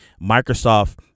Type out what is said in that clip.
Microsoft